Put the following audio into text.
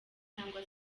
cyangwa